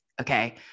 Okay